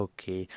Okay